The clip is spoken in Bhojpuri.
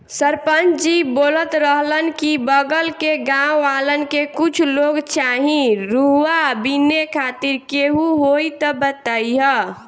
सरपंच जी बोलत रहलन की बगल के गाँव वालन के कुछ लोग चाही रुआ बिने खातिर केहू होइ त बतईह